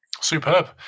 superb